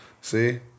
See